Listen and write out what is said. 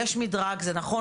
יש מדרג זה נכון,